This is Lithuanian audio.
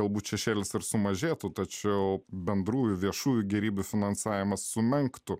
galbūt šešėlis ir sumažėtų tačiau bendrųjų viešųjų gėrybių finansavimas sumenktų